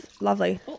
lovely